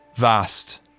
Vast